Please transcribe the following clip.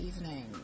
evening